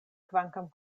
kvankam